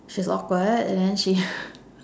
she's awkward and then she